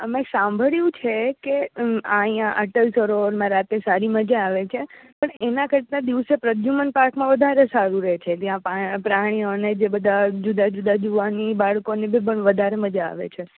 અમે સાંભળ્યું છેકે આઇયાં અટલ સરોવરમાં સારી મજા આવે છે પણ એના કરતાં દિવસે પ્રધ્યુંમન પાર્કમાં વધારે સારું રેછે ત્યાં પ્રાણીઓને જે બધા જુદા જુદા જોવાની બાળકોને બી પણ વધારે મજા આવે છે